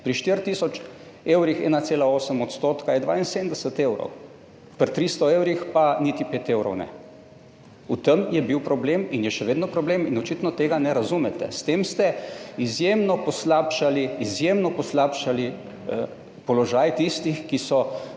pri 4000 evrih je 1,8 % 72 evrov, pri 300 evrih pa niti 5 evrov ne. V tem je bil problem in je še vedno problem in očitno tega ne razumete. S tem ste izjemno poslabšali položaj tistih, ki so